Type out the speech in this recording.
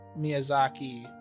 Miyazaki